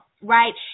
right